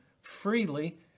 freely